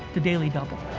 the daily double.